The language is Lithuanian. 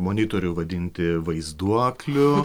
monitorių vadinti vaizduokliu